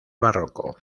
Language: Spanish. barroco